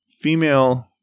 female